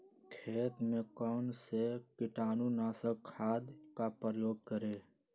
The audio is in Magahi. खेत में कौन से कीटाणु नाशक खाद का प्रयोग करें?